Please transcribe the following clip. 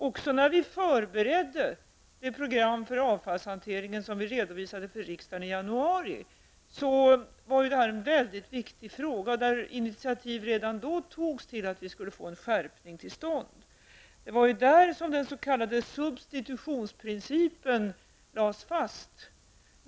Också när vi förberedde det program för avfallshantering som vi redovisade för riksdagen i januari, var det en mycket viktigt fråga, och intiativ togs redan då till att vi skulle få en skärpning av reglerna till stånd. Det var då som den s.k. substitutionsprincipen lades fast.